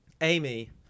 Amy